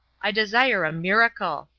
i desire a miracle.